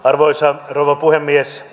arvoisa rouva puhemies